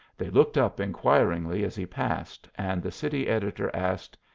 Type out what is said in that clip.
they looked up inquiringly as he passed, and the city editor asked,